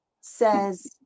says